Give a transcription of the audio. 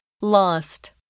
lost